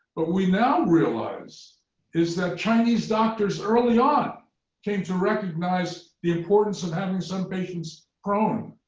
what we now realize is that chinese doctors early on came to recognize the importance of having some patients prone